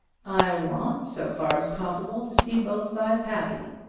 i want, so far as possible, to see both sides happy.